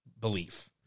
belief